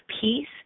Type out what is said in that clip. peace